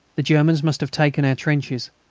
the germans must have taken our trenches,